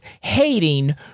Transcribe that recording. hating